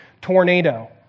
tornado